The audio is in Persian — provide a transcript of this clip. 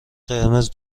قرمز